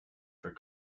for